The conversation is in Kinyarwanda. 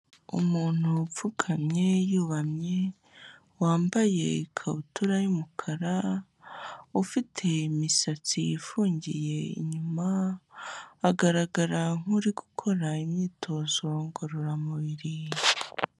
Umuntu upfukamye yubamye, wambaye ikabutura y'umukara, ufite imisatsi ifungiye inyuma, agaragara nk'uri gukora imyitozo ngororamubiri.